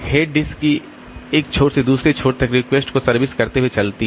head disk के एक छोर से दूसरे छोर तक रिक्वेस्ट को सर्विस करते हुए चलती है